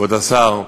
כבוד השר,